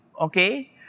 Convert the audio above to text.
okay